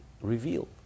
revealed